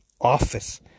office